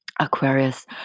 Aquarius